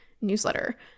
newsletter